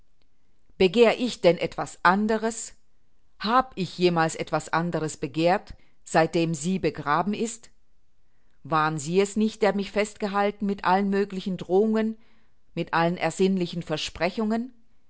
begehr ich denn etwas anderes hab ich jemals etwas anderes begehrt seitdem sie begraben ist waren sie es nicht der mich festgehalten mit allen möglichen drohungen mit allen ersinnlichen versprechungen